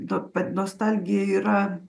nuo pa nostalgija yra